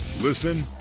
Listen